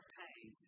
pain